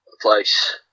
place